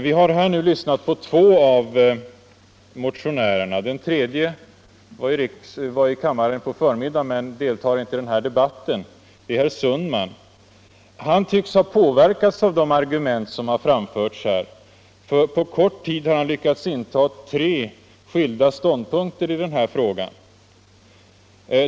Vi har här lyssnat till två av motionärerna. Den tredje var i kammaren på förmiddagen men deltar inte i debatten. Det är herr Sundman. Han tycks ha påverkats av de argument som har framförts här, ty på kort tid har han lyckats inta tre skilda ståndpunkter i denna fråga.